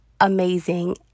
amazing